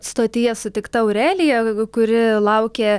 stotyje sutikta aurelija kuri laukė